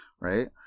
right